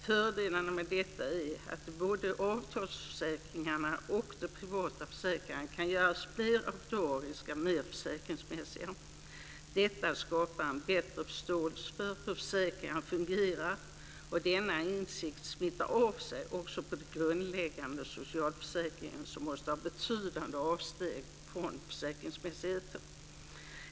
Fördelarna med detta är att både avtalsförsäkringarna och de privata försäkringarna kan göras mer aktuariska och mer försäkringsmässiga. Detta skapar en bättre förståelse för hur försäkringarna fungerar. Denna insikt smittar av sig också på den grundläggande socialförsäkringen, som måste innebära betydande avsteg från försäkringsmässigheten.